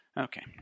Okay